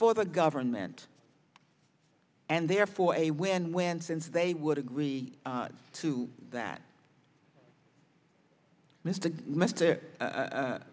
for the government and therefore a win win since they would agree to that mr m